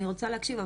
אני רוצה להקשיב,